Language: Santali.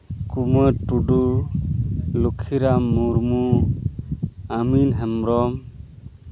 ᱠᱩᱢᱟᱨ ᱴᱩᱰᱩ ᱞᱚᱠᱠᱷᱤᱨᱟᱢ ᱢᱩᱨᱢᱩ ᱟᱢᱤᱱ ᱦᱮᱢᱵᱨᱚᱢ